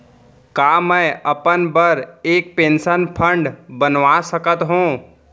का मैं अपन बर एक पेंशन फण्ड बनवा सकत हो?